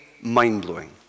mind-blowing